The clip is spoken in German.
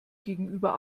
gegenüber